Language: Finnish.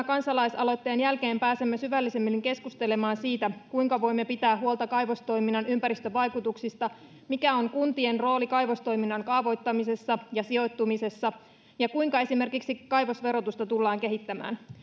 kansalaisaloitteen jälkeen pääsemme syvällisemmin keskustelemaan siitä kuinka voimme pitää huolta kaivostoiminnan ympäristövaikutuksista mikä on kuntien rooli kaivostoiminnan kaavoittamisessa ja sijoittumisessa ja kuinka esimerkiksi kaivosverotusta tullaan kehittämään